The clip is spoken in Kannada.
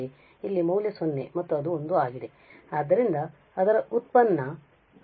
ಆದ್ದರಿಂದ ಅದರ ವ್ಯುತ್ಪನ್ನವು ಅಲ್ಲಿ 0 ಮತ್ತು ಅಲ್ಲಿ 0 ಆಗಿರುತ್ತದೆ